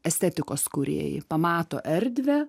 estetikos kūrėjai pamato erdvę